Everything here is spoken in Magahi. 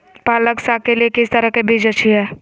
पालक साग के लिए किस तरह के बीज अच्छी है?